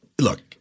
Look